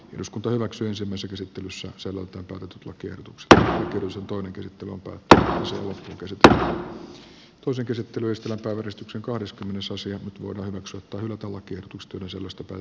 eduskunta hyväksyy sen myös esittelyssä soluttautunut pirtuks hylätä lakiehdotukset joiden sisällöstä päätettiin ensimmäisessä käsittelyssä pääväristyksen kahdeskymmenes osia huudahdukset ulottuvat ja tuskin osallistutaan